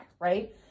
Right